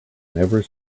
never